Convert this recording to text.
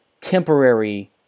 temporary